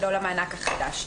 ולא למענק החדש.